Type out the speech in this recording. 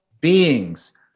beings